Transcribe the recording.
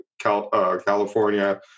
California